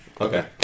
Okay